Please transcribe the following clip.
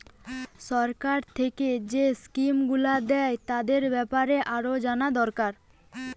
সরকার থিকে যেই স্কিম গুলো দ্যায় তাদের বেপারে আরো জানা দোরকার